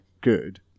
good